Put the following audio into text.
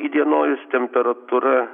įdienojus temperatūra